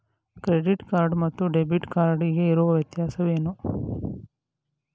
Credit card ಮತ್ತು debit card ಗೆ ಇರುವ ವ್ಯತ್ಯಾಸವೇನು?